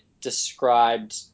described